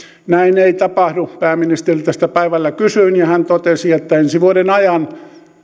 näin ei tapahdu pääministeriltä sitä päivällä kysyin ja hän totesi että ensi vuoden ajan